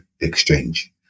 exchange